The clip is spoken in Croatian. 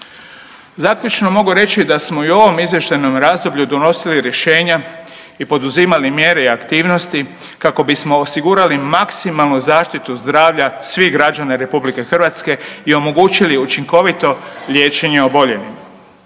Zaključno mogu reći da smo i u ovom izvještajnom razdoblju donosili rješenja i poduzimali mjere i aktivnosti kako bismo osigurali maksimalnu zaštitu zdravlja svih građana RH i omogućili učinkovito liječenje oboljelima.